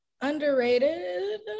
Underrated